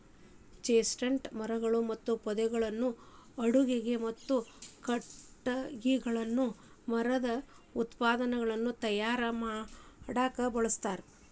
chestnut ಮರಗಳು ಮತ್ತು ಪೊದೆಗಳನ್ನ ಅಡುಗಿಗೆ, ಮತ್ತ ಕಟಗಿಗಳನ್ನ ಮರದ ಉತ್ಪನ್ನಗಳನ್ನ ತಯಾರ್ ಮಾಡಾಕ ಬಳಸ್ತಾರ